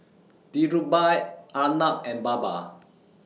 Dhirubhai Arnab and Baba